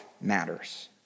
matters